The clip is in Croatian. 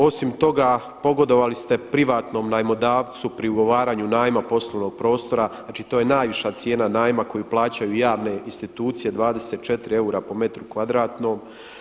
Osim toga pogodovali ste privatnom najmodavcu pri ugovaranju najma poslovnog prostora, znači to je najviša cijena najma koju plaćaju javne institucije 24 eura po metru kvadratnom.